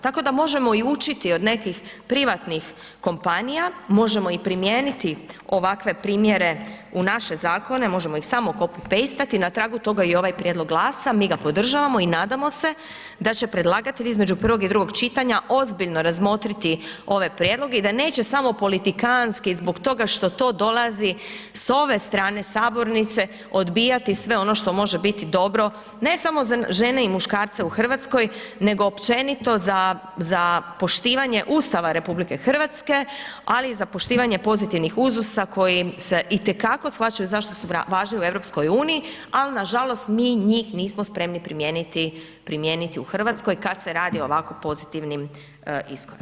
Tako da možemo i učiti od nekih privatnih kompanija, možemo i primijeniti ovakve primjere u naše Zakone, možemo ih samo copy-paste-ati, na tragu toga je i ovaj Prijedlog GLAS-a, mi ga podržavamo, i nadamo se da će predlagatelj između prvog i drugog čitanja ozbiljno razmotriti ove prijedloge i da neće samo politikantski zbog toga što to dolazi s ove strane Sabornice odbijati sve ono što može biti dobre, ne samo za žene i muškarce u Hrvatskoj, nego općenito za, za poštivanje Ustava Republike Hrvatske, ali i za poštivanje pozitivnih uzusa koji se itekako shvaćaju zašto su važni u Europskoj uniji, al' na žalost mi njih nismo spremni primijeniti, primijeniti u Hrvatskoj kad se radi o ovako pozitivnim iskoracima.